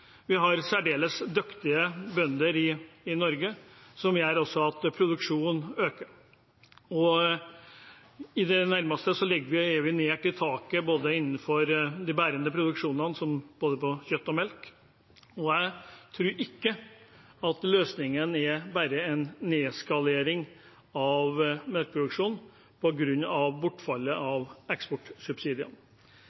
Vi har særdeles dyktige bønder i Norge, som også gjør at produksjonen øker. Vi ligger nær taket for de bærende produksjonene, som kjøtt og melk. Jeg tror ikke løsningen bare er en nedskalering av melkeproduksjonen på grunn av bortfallet